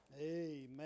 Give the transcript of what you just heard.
Amen